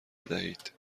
بدهید